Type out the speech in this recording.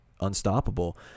unstoppable